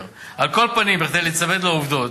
על כל פנים, כדי להיצמד לעובדות,